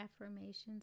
affirmations